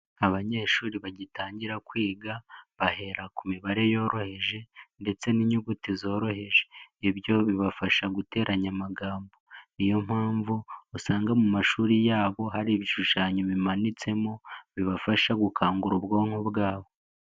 Abanyeshuri bagitangira kwiga bahera ku mibare yoroheje ndetse n'inyuguti zoroheje, ibyo bibafasha guteranya amagambo, niyo mpamvu usanga mu mashuri yabo hari ibishushanyo bimanitsemo bibafasha gukangura ubwonko bwabo.